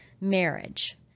marriage